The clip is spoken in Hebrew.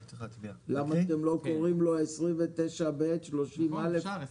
למה אתם לא קוראים לו 29(ב) או 30(א)?